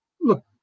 look